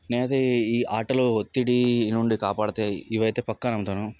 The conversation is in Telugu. నేనైతే ఈ ఆటలో ఒత్తిడి నుండి కాపాడతాయి ఇవైతే పక్కా నమ్ముతాను